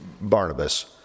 Barnabas